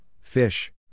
fish